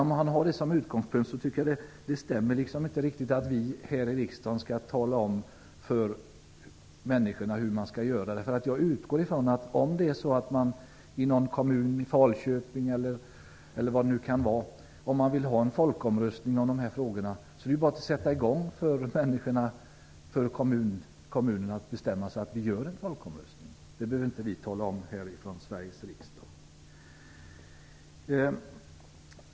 Om man har det som utgångspunkt stämmer det inte riktigt att vi här i riksdagen skall tala om för människor hur de skall göra. Om man i någon kommun, Falköping t.ex., vill ha en folkomröstning om dessa frågor, är det bara för kommunen att bestämma sig för att hålla en folkomröstning. Det behöver inte vi tala om från Sveriges riksdag.